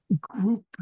group